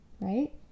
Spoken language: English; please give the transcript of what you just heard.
right